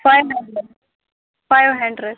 five hundred five hundred